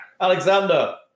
Alexander